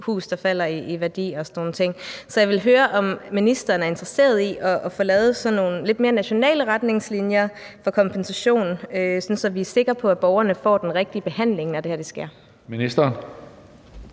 hus, der falder i værdi og sådan nogle ting. Så jeg vil høre, om ministeren er interesseret i at få lavet nogle lidt mere nationale retningslinjer for kompensation, sådan at vi er sikre på, at borgerne får den rigtige behandling, når det her sker. Kl.